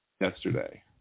yesterday